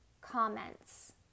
comments